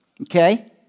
okay